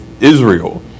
Israel